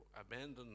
abandon